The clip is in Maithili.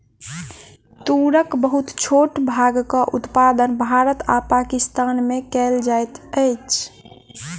तूरक बहुत छोट भागक उत्पादन भारत आ पाकिस्तान में कएल जाइत अछि